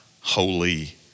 holy